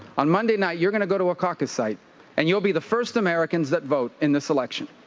on monday night you're going to go to a caucus site and you'll be the first americans that vote in this election.